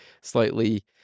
slightly